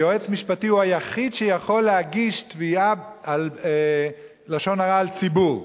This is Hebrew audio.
יועץ משפטי הוא היחיד שיכול להגיש תביעת לשון הרע על ציבור.